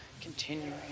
continuing